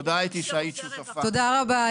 תודה רבה.